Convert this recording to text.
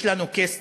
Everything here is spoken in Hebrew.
יש לנו case צודק.